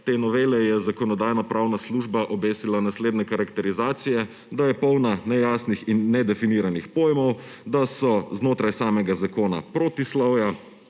te novele je Zakonodajno-pravna služba obesila naslednje karakterizacije: da je polna nejasnih in nedefiniranih pojmov, da so znotraj samega zakona protislovja,